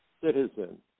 citizen